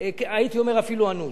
הייתי אומר אפילו אנוש.